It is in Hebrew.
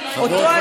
לבחור.